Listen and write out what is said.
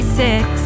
six